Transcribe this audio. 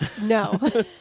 no